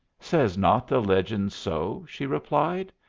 says not the legend so? she replied.